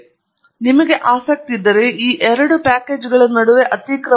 ಅವರು ನಿಮಗೆ ಆಸಕ್ತಿ ಇದ್ದರೆ ಈ ಎರಡು ಪ್ಯಾಕೇಜುಗಳ ನಡುವೆ ಅತಿಕ್ರಮಣ ಇದೆ